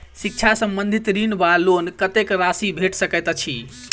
शिक्षा संबंधित ऋण वा लोन कत्तेक राशि भेट सकैत अछि?